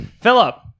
Philip